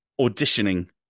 auditioning